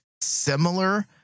similar